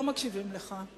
לא מקשיבים לך.